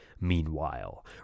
Meanwhile